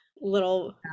little